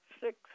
six